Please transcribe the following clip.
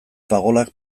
pagolak